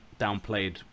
downplayed